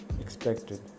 expected